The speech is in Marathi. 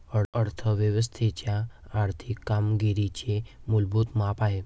अर्थ व्यवस्थेच्या आर्थिक कामगिरीचे मूलभूत माप आहे